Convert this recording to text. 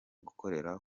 gukorera